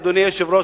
אדוני היושב-ראש,